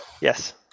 Yes